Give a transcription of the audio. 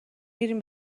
میریم